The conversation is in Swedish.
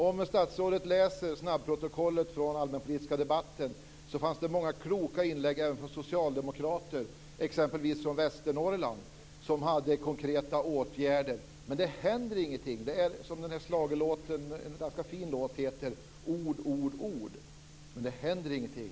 Om statsrådet läser snabbprotokollet från den allmänpolitiska debatten skall han se att det där gjordes många kloka inlägg, även från socialdemokrater exempelvis från Västernorrland, med konkreta förslag till åtgärder. Det är som i den egentligen ganska fina schlagerlåten: ord, ord, ord, men det händer ingenting,